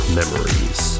memories